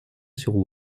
sur